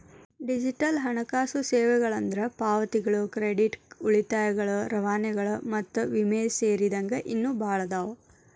digital ಹಣಕಾಸು ಸೇವೆಗಳಂದ್ರ ಪಾವತಿಗಳು ಕ್ರೆಡಿಟ್ ಉಳಿತಾಯಗಳು ರವಾನೆಗಳು ಮತ್ತ ವಿಮೆ ಸೇರಿದಂಗ ಇನ್ನೂ ಭಾಳ್ ಅದಾವ